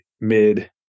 mid